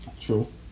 True